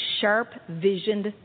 sharp-visioned